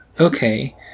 Okay